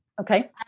okay